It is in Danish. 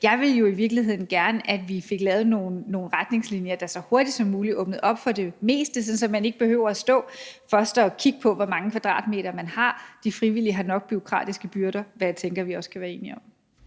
Jeg ville jo i virkeligheden gerne have, at vi fik lavet nogle retningslinjer, der så hurtigt som muligt åbnede op for det meste, sådan at man ikke behøver først at stå og kigge på, hvor mange kvadratmeter man har. De frivillige har nok bureaukratiske byrder, hvad jeg tænker vi også kan være enige om.